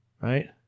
Right